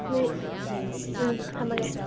ꯎꯝ ꯊꯝꯃꯒꯦ